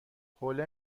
حوله